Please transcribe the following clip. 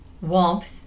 warmth